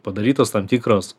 padarytos tam tikros